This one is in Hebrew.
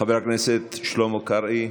חבר הכנסת שלמה קרעי,